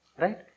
right